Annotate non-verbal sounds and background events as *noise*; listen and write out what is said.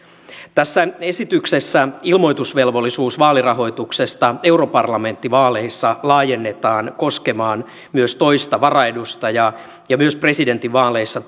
tässä esityksessä ilmoitusvelvollisuus vaalirahoituksesta europarlamenttivaaleissa laajennetaan koskemaan myös toista varaedustajaa ja myös presidentinvaaleissa *unintelligible*